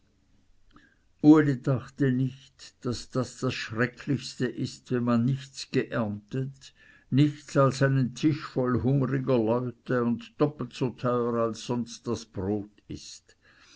uli dachte nicht daß das das schrecklichste ist wenn man nichts geerntet nichts hat als einen tisch voll hungriger leute und doppelt so teuer als sonst das brot ist